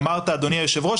אדוני היושב-ראש,